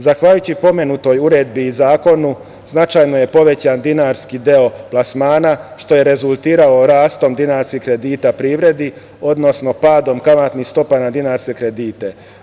Zahvaljujući pomenutoj uredbi i zakonu, značajno je povećan dinarski deo plasmana, što je rezultiralo rastom dinarskih kredita privredi, odnosno padom kamatnih stopa na dinarske kredite.